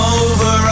over